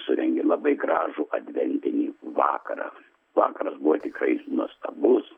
surengė labai gražų adventinį vakarą vakaras buvo tikrai nuostabus